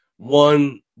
one